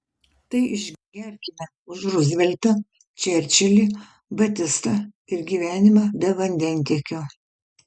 tai išgerkime už ruzveltą čerčilį batistą ir gyvenimą be vandentiekio